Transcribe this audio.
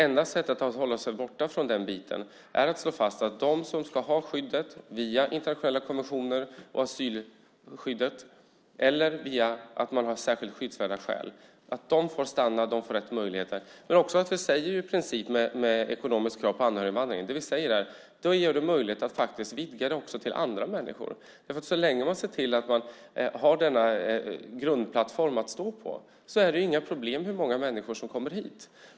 Enda sättet att hålla sig borta från det är att slå fast att de som ska ha skydd, antingen via internationella konventioner om asylrätt eller att de har särskilt skyddsvärda skäl, också får stanna. De får de rätta möjligheterna. Men det vi också säger är att vi genom att ställa ekonomiska krav på anhöriginvandringen gör det möjligt att vidga skyddet till att även gälla andra människor. Så länge vi ser till att vi har den grundplattformen att stå på är det inga problem med hur många människor som kommer hit.